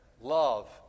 love